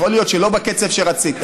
יכול להיות שלא בקצב שרצית.